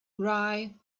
rye